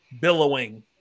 billowing